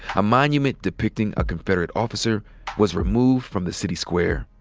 a monument depicting a confederate officer was removed from the city square.